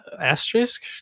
asterisk